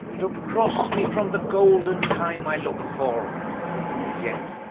to crosse me from the golden time i looke for and yet,